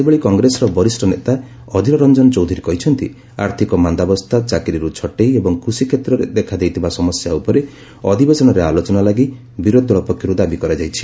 ସେହିଭଳି କଂଗ୍ରେସର ବରିଷ୍ଣ ନେତା ଅଧୀର ରଞ୍ଜନ ଚୌଧୁରୀ କହିଛନ୍ତି ଆର୍ଥକ ମାନ୍ଦାବସ୍ଥା ଚାକିରିର୍ ଛଟେଇ ଏବଂ କୃଷି କ୍ଷେତ୍ରରେ ଦେଖାଦେଇଥିବା ସମସ୍ୟା ଉପରେ ଅଧିବେଶନରେ ଆଲୋଚନା ଲାଗି ବିରୋଧ ଦଳ ପକ୍ଷର୍ ଦାବି କରାଯାଇଛି